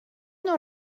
نوع